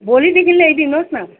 भोलिदेखि ल्याइदिनु होस् न